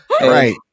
Right